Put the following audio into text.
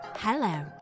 Hello